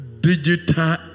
digital